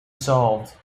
solved